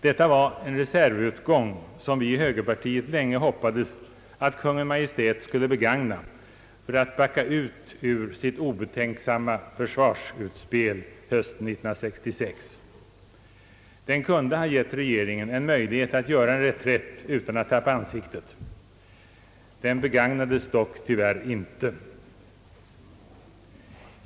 Detta var för övrigt en reservutgång, som vi inom högerpartiet länge hoppades att Kungl. Maj:t skulle begagna för att backa ut ur sitt obetänksamma försvarsutspel. Det kunde ha givit regeringen en möjlighet att göra en reträtt utan att tappa ansiktet. Möjligheten begagnades dock tyvärr inte.